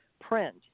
print